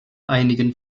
einigen